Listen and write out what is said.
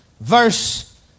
verse